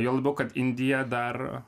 juo labiau kad indija dar